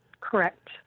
Correct